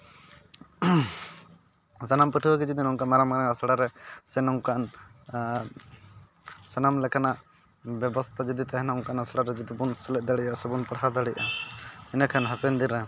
ᱥᱟᱱᱟᱢ ᱯᱟᱹᱴᱷᱣᱟᱹ ᱜᱮ ᱡᱩᱫᱤ ᱱᱚᱝᱠᱟ ᱢᱟᱨᱟᱝ ᱢᱟᱨᱟᱝ ᱟᱥᱲᱟ ᱨᱮ ᱥᱮ ᱱᱚᱝᱠᱟᱱ ᱥᱟᱱᱟᱢ ᱞᱮᱠᱟᱱᱟᱜ ᱵᱮᱵᱚᱥᱛᱟ ᱡᱩᱫᱤ ᱛᱟᱦᱮᱱᱟ ᱚᱱᱠᱟᱱᱟᱜ ᱟᱥᱲᱟ ᱨᱮ ᱡᱩᱫᱤ ᱵᱚᱱ ᱥᱮᱞᱮᱫ ᱫᱟᱲᱭᱟᱜᱼᱟ ᱥᱮ ᱵᱚᱱ ᱯᱟᱲᱦᱟᱣ ᱫᱟᱲᱮᱭᱟᱜᱼᱟ ᱤᱱᱟᱹᱠᱷᱟᱱ ᱦᱟᱯᱮᱱ ᱫᱤᱱ ᱨᱮ